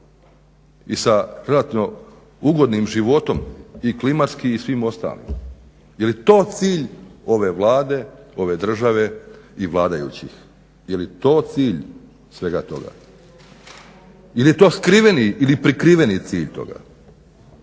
i sa relativno ugodnim životom i klimatskim i svim ostalim. Je li to cilj ove Vlade, ove države i vladajućih? Je li to cilj svega to? je li to skriveni ili prikriveni cilj toga?